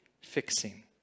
fixing